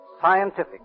scientific